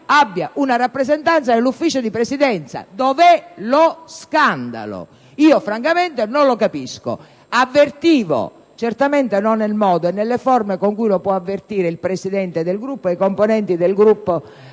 abbia una rappresentanza nel Consiglio di Presidenza. Dov'è lo scandalo? Francamente non lo capisco. Avvertivo - certamente non nel modo e nelle forme con cui lo possono avvertire il Presidente e i componenti del Gruppo